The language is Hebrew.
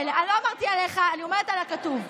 אני לא אמרתי עליך, אני אומרת על הכתוב.